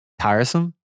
tiresome